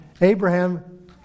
Abraham